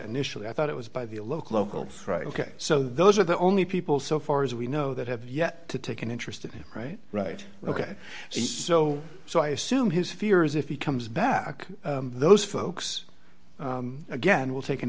initially i thought it was by the local local right ok so those are the only people so far as we know that have yet to take an interest in right right ok so so i assume his fear is if he comes back those folks again will take an